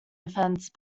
offense